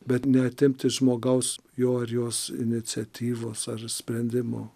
bet neatimt iš žmogaus jo ar jos iniciatyvos ar sprendimo